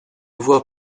voie